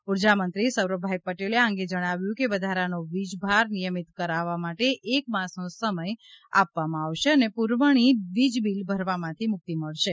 ઊર્જા મંત્રી સૌરભભાઈ પટેલે આ અંગે જણાવ્યુ છે કે વધારા નો વિજ ભાર નિયમિત કરાવવા માટે એક માસનો સમય આપવામાં આવશે અને પુરવણી વીજ બીલ ભરવામાંથી મુક્તિ મળશે